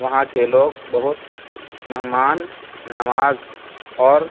وہاں کے لوگ بہت مہمان نماز اور